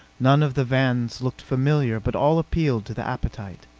none of the viands looked familiar but all appealed to the appetite.